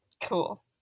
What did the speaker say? Cool